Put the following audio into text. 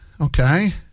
Okay